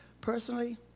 Personally